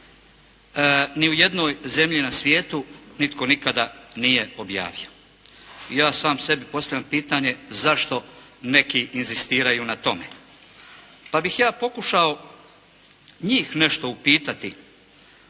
Ni u jednoj zemlji na svijetu nitko nikada nije objavio. I ja sam sebi postavljam pitanje zašto neki inzistiraju na tome. Pa bih ja pokušao njih nešto upitati